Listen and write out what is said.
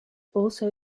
also